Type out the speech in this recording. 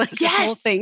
Yes